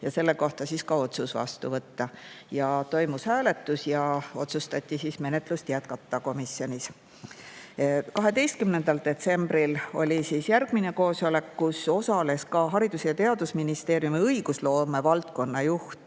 ja selle kohta siis ka otsus vastu võtta. Toimus hääletus ja otsustati menetlust jätkata komisjonis. 12. detsembril oli järgmine koosolek, kus osalesid ka Haridus- ja Teadusministeeriumi õigusloome valdkonna juht